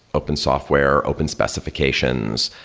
open software, open specifications.